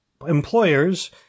employers